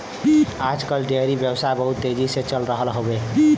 आज कल डेयरी व्यवसाय बहुत तेजी से चल रहल हौवे